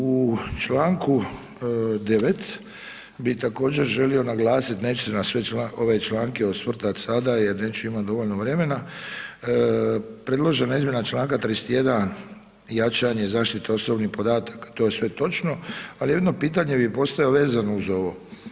U čl. 9. bi također želio naglasiti, neću se na sve ove članke osvrtati sada jer neću imati dovoljno vremena, predložena izmjena čl. 31., jačanje zaštite osobnih podataka, to je sve točno, ali jedno pitanje bih postavio vezano uz ovo.